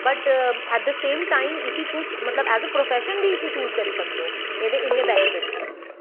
but at the same time इसी तुस इसी as a profession be choose करी सकदे ओ एह्दे इन्ने बेनीफिट न